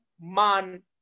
man